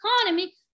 economy